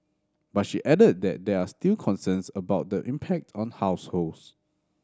but she added that there are still concerns about the impact on households